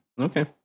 Okay